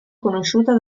conosciuta